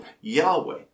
Yahweh